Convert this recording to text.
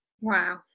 Wow